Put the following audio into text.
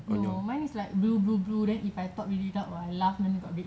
no mine is like blue blue blue then if I talk really loud or I my laugh then got red